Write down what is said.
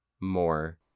more